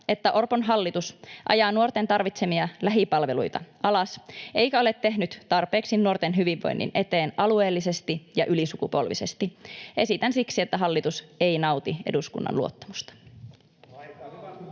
että Orpon hallitus ajaa nuorten tarvitsemia lähipalveluita alas eikä ole tehnyt tarpeeksi nuorten hyvinvoinnin eteen alueellisesti ja ylisukupolvisesti. Esitän siksi, että hallitus ei nauti eduskunnan luottamusta.